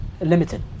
limited